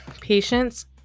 patience